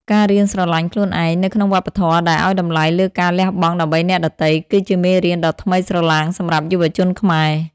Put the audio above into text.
ការរៀនស្រឡាញ់ខ្លួនឯង នៅក្នុងវប្បធម៌ដែលឱ្យតម្លៃលើការលះបង់ដើម្បីអ្នកដទៃ គឺជាមេរៀនដ៏ថ្មីស្រឡាងសម្រាប់យុវជនខ្មែរ។